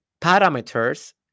parameters